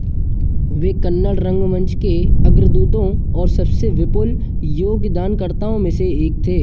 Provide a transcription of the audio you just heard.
वे कन्नड़ रंगमंच के अग्रदूतों और सबसे विपुल योगदानकर्ताओं में से एक थे